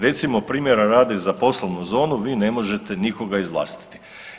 Recimo primjera radi za poslovnu zonu vi ne možete nikoga izvlastiti.